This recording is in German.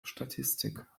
statistik